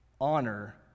honor